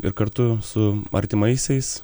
ir kartu su artimaisiais